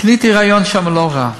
קניתי שם רעיון לא רע,